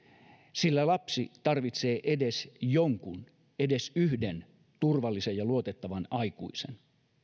sillä lapsi tarvitsee edes jonkun edes yhden turvallisen ja luotettavan aikuisen